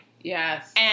Yes